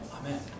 Amen